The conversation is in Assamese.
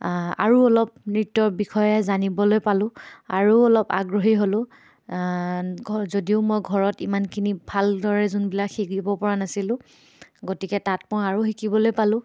আৰু অলপ নৃত্যৰ বিষয়ে জানিবলৈ পালোঁ আৰু অলপ আগ্ৰহী হ'লোঁ ঘ যদিও মই ঘৰত ইমানখিনি ভালদৰে যোনবিলাক শিকিব পৰা নাছিলোঁ গতিকে তাত মই আৰু শিকিবলৈ পালোঁ